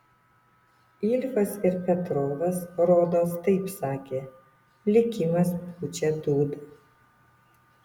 ilfas ir petrovas rodos taip sakė likimas pučia dūdą